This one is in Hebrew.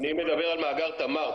אני מדבר על מאגר תמר.